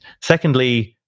secondly